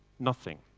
nothing,